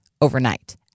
overnight